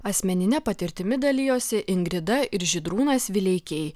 asmenine patirtimi dalijosi ingrida ir žydrūnas vileikiai